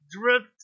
drift